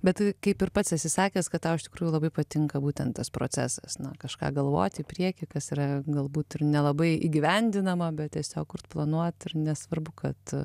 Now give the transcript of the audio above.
bet kaip ir pats esi sakęs kad tau iš tikrųjų labai patinka būtent tas procesas na kažką galvoti į priekį kas yra galbūt ir nelabai įgyvendinama bet tiesiog kurt planuot ir nesvarbu kad